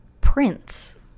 Prince